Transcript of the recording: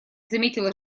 заметила